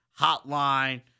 Hotline